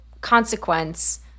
consequence